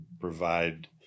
provide